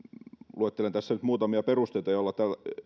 luettelen tässä nyt muutamia perusteita joilla